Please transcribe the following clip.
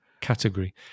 category